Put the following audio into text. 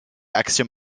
axiom